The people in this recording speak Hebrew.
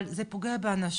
אבל זה פוגע באנשים.